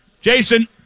Jason